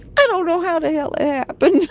i don't know how the hell it but and